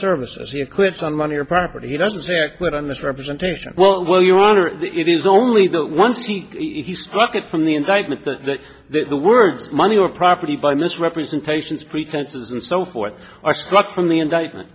services here quits on money or property he doesn't care but on this representation well well your honor it is only that once he struck it from the indictment to the word money or property by misrepresentations pretenses and so forth are struck from the indictment